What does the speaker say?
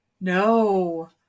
No